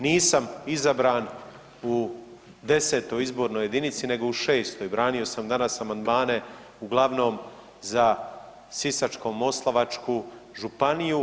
Nisam izabran u 10. izbornoj jedinici, nego u 6. Branio sam danas amandmane uglavnom za Sisačko-moslavačku županiju.